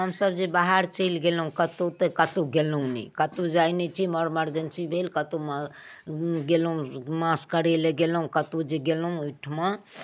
हमसब जे बाहर चलि गेलहुँ कतौ तऽ कतौ गेलहुँ ने कतौ जाइ ने छी मर मर्जेन्सी भेल कतौमे गेलहुँ मास करै लए गेलहुँ कतौ जे गेलहुँ ओइठमा